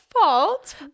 fault